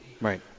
Right